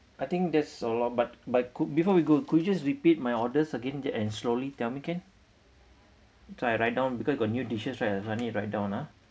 I think that's so loh but but could before we go could you please repeat my orders again and slowly tell me can so I write down because got new dishes right I slowly write down